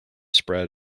spread